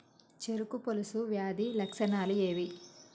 చెరుకు పొలుసు వ్యాధి లక్షణాలు ఏవి?